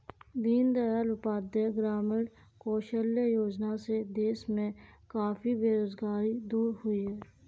दीन दयाल उपाध्याय ग्रामीण कौशल्य योजना से देश में काफी बेरोजगारी दूर हुई है